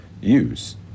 use